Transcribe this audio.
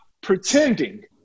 pretending